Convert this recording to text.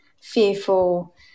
fearful